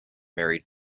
married